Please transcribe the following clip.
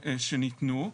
שניתנו.